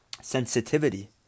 sensitivity